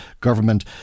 government